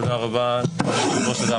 תודה ליו"ר ולוועדה,